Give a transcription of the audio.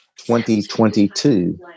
2022